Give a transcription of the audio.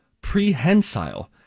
Prehensile